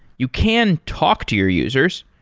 you can talk to your users.